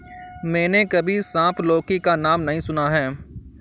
मैंने कभी सांप लौकी का नाम नहीं सुना है